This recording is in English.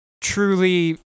truly